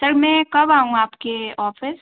sir मैं कब आऊँ आपके ऑफिस